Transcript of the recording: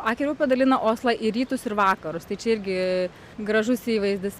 akerio upė dalina oslą į rytus ir vakarus tai čia irgi gražus įvaizdis